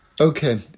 Okay